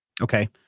Okay